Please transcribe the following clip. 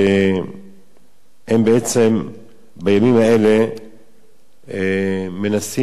הם בעצם בימים האלה מנסים לנסח את ההסכם.